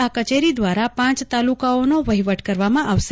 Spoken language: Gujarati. આ કચેરી દ્વારા પાંચ તાલુકાઓના વહીવટ કરવામાં આવશે